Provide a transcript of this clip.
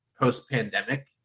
post-pandemic